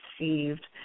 received